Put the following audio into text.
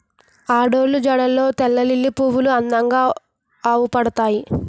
ఆడోళ్ళు జడల్లో తెల్లలిల్లి పువ్వులు అందంగా అవుపడతాయి